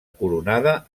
coronada